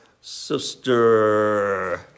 Sister